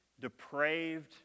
depraved